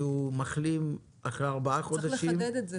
שהוא מחלים אחרי ארבעה חודשים -- צריך לחדד את הנוסח.